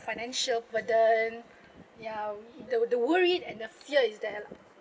financial burden ya we the the worried and the fear is there lah